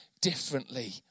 differently